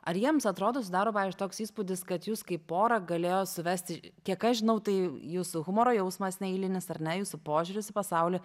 ar jiems atrodo susidaro pavyzdžiui toks įspūdis kad jus kaip porą galėjo suvesti kiek aš žinau tai jūsų humoro jausmas neeilinis ar ne jūsų požiūris į pasaulį